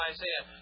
Isaiah